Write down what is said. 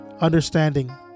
understanding